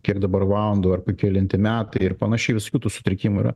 kiek dabar valandų arba kelinti metai ir panašiai visokių tų sutrikimų yra